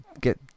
get